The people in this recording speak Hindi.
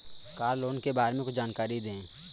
कार लोन के बारे में कुछ जानकारी दें?